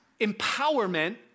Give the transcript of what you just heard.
empowerment